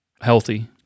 healthy